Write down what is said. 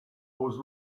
was